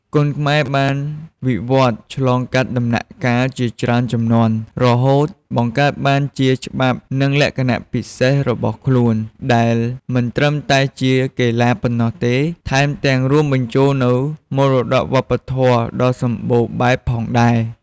គុនខ្មែរបានវិវត្តន៍ឆ្លងកាត់ដំណាក់កាលជាច្រើនជំនាន់ រហូតបង្កើតបានជាច្បាប់និងលក្ខណៈពិសេសរបស់ខ្លួន ដែលមិនត្រឹមតែជាកីឡាប៉ុណ្ណោះទេ ថែមទាំងរួមបញ្ចូលនូវមរតកវប្បធម៌ដ៏សម្បូរបែបផងដែរ។